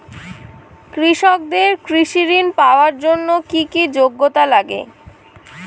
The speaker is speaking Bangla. কৃষকদের কৃষি ঋণ পাওয়ার জন্য কী কী যোগ্যতা লাগে?